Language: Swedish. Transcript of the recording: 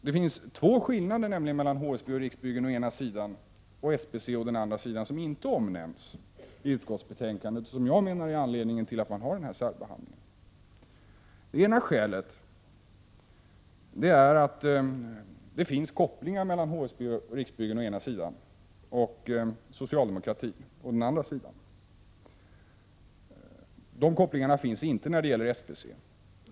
Det finns två skillnader mellan HSB och Riksbyggen å ena sidan och SBC å andra som inte omnämns i utskottsbetänkandet och som jag menar är anledningen till att man har denna särbehandling. Det ena skälet är att det finns kopplingar mellan HSB och Riksbyggen å ena sidan och socialdemokratin å den andra sidan. De kopplingarna finns inte när det gäller SBC.